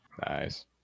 Nice